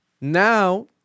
Now